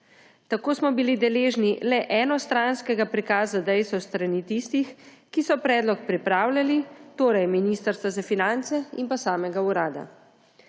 Tako smo bili deležni le enostranskega prikaza dejstev s strani tistih, ki so predlog pripravljali, torej Ministrstva za finance in pa samega urada.